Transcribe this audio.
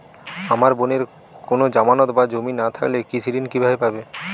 আমার বোনের কোন জামানত বা জমি না থাকলে কৃষি ঋণ কিভাবে পাবে?